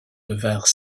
devinrent